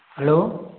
hello